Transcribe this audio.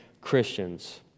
Christians